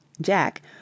Jack